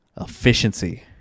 Efficiency